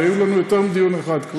והיה לנו כבר יותר מדיון אחד,